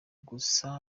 gusa